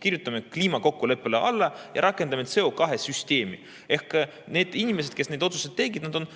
kirjutame kliimakokkuleppele alla ja rakendame CO2‑süsteemi. Ehk need inimesed, kes need otsused tegid, on